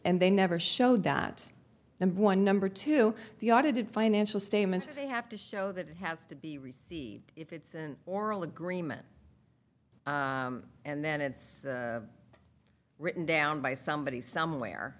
and they never showed that number one number two the audited financial statements they have to show that it has to be received if it's an oral agreement and then it's written down by somebody somewhere